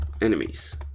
enemies